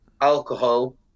alcohol